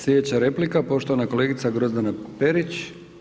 Slijedeća replika poštovana kolegica Grozdana Perić.